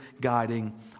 guiding